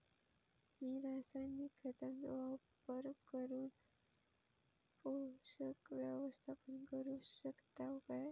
मी रासायनिक खतांचो वापर करून पोषक व्यवस्थापन करू शकताव काय?